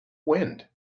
wind